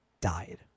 died